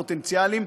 הפוטנציאליים,